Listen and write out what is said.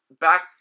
back